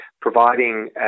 providing